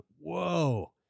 whoa